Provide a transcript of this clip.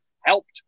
helped